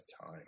time